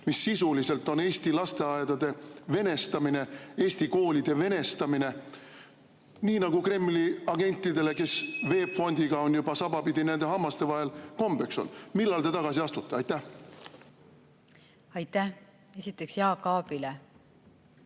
mis sisuliselt on Eesti lasteaedade venestamine, Eesti koolide venestamine, nii nagu Kremli agentidel, kes VEB Fondiga sabapidi nende hammaste vahel on, kombeks on. Millal te tagasi astute? Aitäh, härra eesistuja! Ka